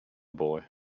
boy